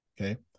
okay